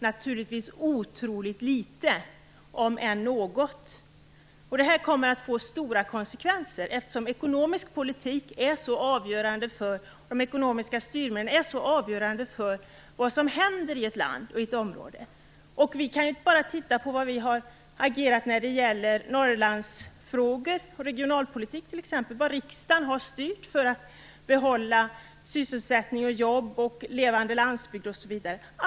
Naturligtvis otroligt litet, om än något. Detta kommer att få stora konsekvenser, eftersom de ekonomiska styrmedlen är så avgörande för vad som händer i ett land. Vi kan bara se på hur man har agerat när det gäller Norrlandsfrågor och regionalpolitik och hur riksdagen har varit styrande för att sysselsättning och levande landsbygd skall kunna bibehållas.